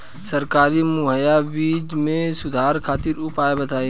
सरकारी मुहैया बीज में सुधार खातिर उपाय बताई?